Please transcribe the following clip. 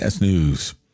news